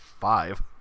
five